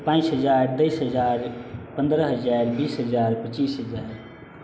बाइस हजार तैइस हजार पन्द्रह हजार बीस हजार पच्चीस हजार